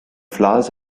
flowers